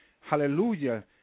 hallelujah